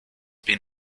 been